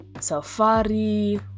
safari